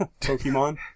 Pokemon